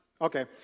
Okay